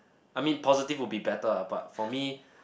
I mean positive would be better but for me